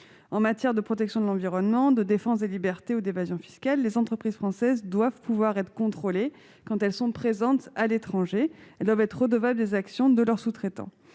En matière de protection de l'environnement, de défense des libertés ou d'évasion fiscale, les entreprises françaises doivent pouvoir être contrôlées quand elles sont présentes à l'étranger. Elles doivent être comptables des actions de leurs sous-traitants.